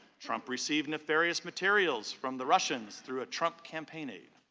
trump received various materials from the russians through a trump campaign aide.